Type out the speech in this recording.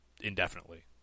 indefinitely